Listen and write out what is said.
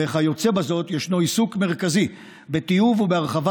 וכיוצא בזאת יש עיסוק מרכזי בטיוב ובהרחבת